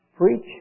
Preach